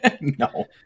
No